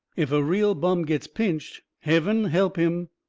if a real bum gets pinched, heaven help im,